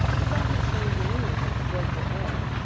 its unconstrained demeanour, and its joyful air.